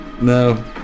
no